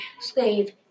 slave